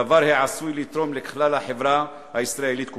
דבר העשוי לתרום לכלל החברה הישראלית כולה,